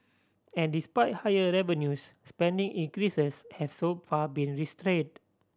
and despite higher revenues spending increases has so far been restrained